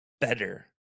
better